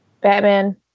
Batman